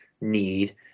need